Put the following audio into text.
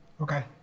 Okay